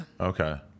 Okay